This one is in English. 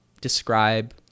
describe